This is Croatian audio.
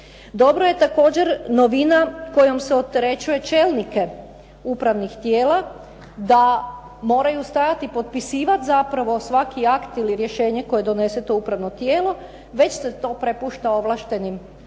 Dobro je također novina kojom se opterećuje čelnike upravnih tijela, da moraju stajati, potpisivati zapravo svaki akt ili rješenje koje donese to upravno tijelo, već se to prepušta ovlaštenim